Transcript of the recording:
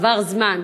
עבר זמן,